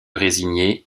résigner